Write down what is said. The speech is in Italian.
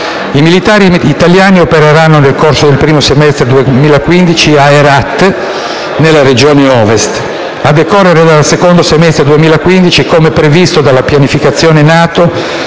I militari italiani opereranno, nel corso del primo semestre 2015, a Herat, nella regione Ovest. A decorrere dal secondo semestre 2015, come previsto dalla pianificazione NATO,